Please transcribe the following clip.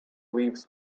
leaves